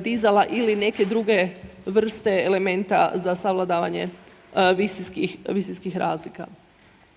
dizala ili neke druge vrste elementa za savladavanje visinskih razlika.